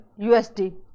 usd